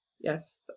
Yes